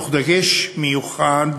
בדגש מיוחד